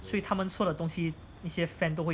所以他们出的东西一些 fan 都会